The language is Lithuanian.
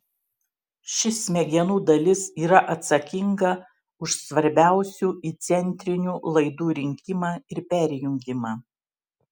ši smegenų dalis yra atsakinga už svarbiausių įcentrinių laidų rinkimą ir perjungimą